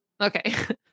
Okay